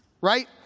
Right